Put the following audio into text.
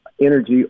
energy